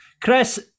Chris